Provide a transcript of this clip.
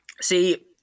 See